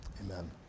amen